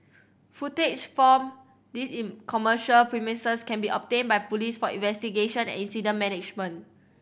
footage from these in commercial premises can be obtained by police for investigation and incident management